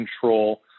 control